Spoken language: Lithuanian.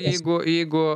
jeigu jeigu